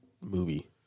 movie